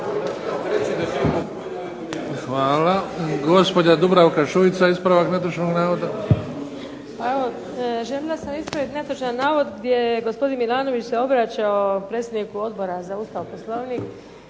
Hvala. Gospođa Dubravka Šuica, ispravak netočnog navoda. **Šuica, Dubravka (HDZ)** Željela sam ispraviti netočan navod gdje gospodin Milanović se obraćao predsjedniku Odbora za Ustav, Poslovnik